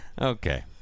Okay